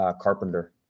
carpenter